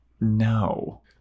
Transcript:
No